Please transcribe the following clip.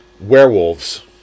Werewolves